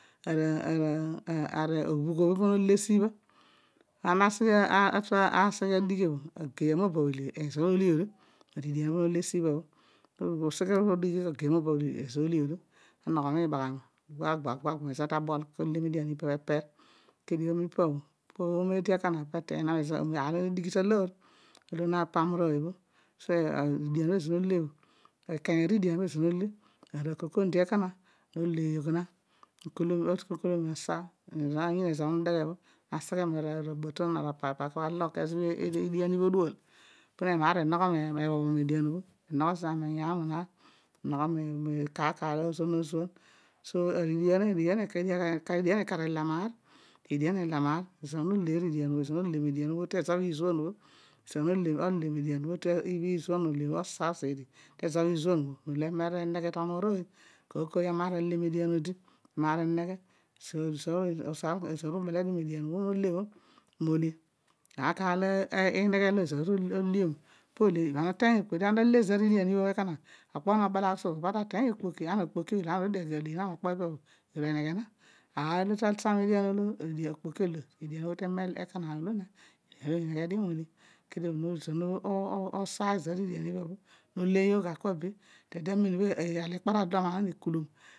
ara obuugh obho pibho nole sibho ana ta adighi bho igie anabobh ezo olo ole olo gibha olo agei amabobho ezo olo ole esi bha bho olo gbuak ghuala mezo olo ana ta ale meedian bho omeedi pa bho peeteeny aar olo eedi nedighi ta loor aru na pam rooy edian obho ezoor nole bho arikanya ariidiian mobho ezoor noole akom kondia ekona nole yogh na okolomi mi ibho bho posa po nole aseghe ara bo tom nara apaki paki atu alogh ta edian ibho odual pe eneghe aar mar ekoogho median bho miiyaam anogho zodi kar kar olo azuan azuan paar olo ineghe olo ezoor to le mole po mole ibha ana uteeny okpoki ibha ana nava mole bho piibha ama ta le okpo bho aami nabalagh suo bho ana okpoki olo ana orue dio ezo olo ana ta sa mo dian olo okpoki olo lo edian teemel onona olo inegtue aridian ibha bho noleeyogh kua be etede bho adi ikpar adol bho nekulom